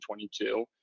2022